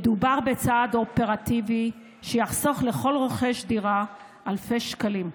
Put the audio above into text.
מדובר בצעד אופרטיבי שיחסוך לכל רוכש דירה אלפי שקלים.